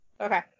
Okay